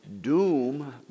doom